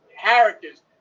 characters